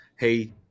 hey